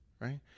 right